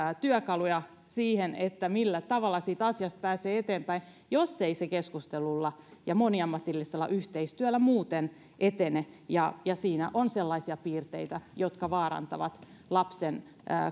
työkaluja siihen millä tavalla siitä asiasta pääsee eteenpäin jos ei se keskustelulla ja moniammatillisella yhteistyöllä muuten etene ja ja siinä on sellaisia piirteitä jotka vaarantavat lapsen